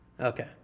Okay